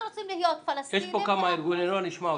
אנחנו רוצים להיות פלסטינים --- יש פה כמה ארגוני נוער ונשמע אותם.